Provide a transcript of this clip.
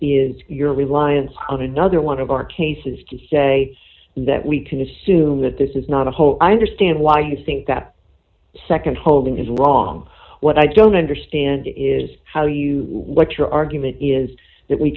is your reliance on another one of our cases to say that we can assume that this is not a whole understand why you think that nd holding is wrong what i don't understand is how you what your argument is that we